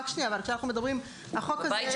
רק שנייה, כשאנחנו מדברים, החוק הזה הוא חוק